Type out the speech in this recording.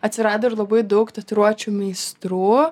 atsirado ir labai daug tatuiruočių meistrų